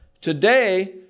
Today